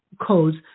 codes